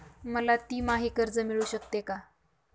मला तिमाही कर्ज मिळू शकते का?